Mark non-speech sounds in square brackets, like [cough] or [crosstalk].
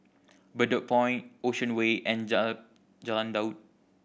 Bedok Point Ocean Way and [unintelligible] Jalan Daud